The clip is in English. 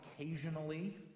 occasionally